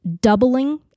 doubling